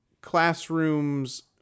classrooms